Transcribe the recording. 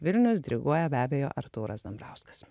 vilnius diriguoja be abejo artūras dambrauskas